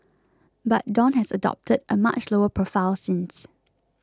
but Dawn has adopted a much lower profile since